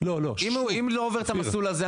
אם לא עובר את המסלול הזה,